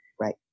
right